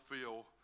feel